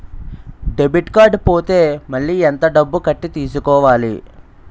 Debit card పోతే మళ్ళీ ఎంత డబ్బు కట్టి తీసుకోవాలి?